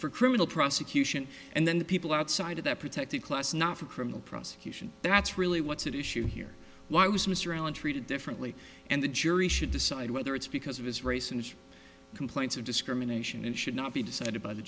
for criminal prosecution and then the people outside of that protected class not for criminal prosecution that's really what's at issue here why was mr allen treated differently and the jury should decide whether it's because of his race and complaints of discrimination and should not be decided by the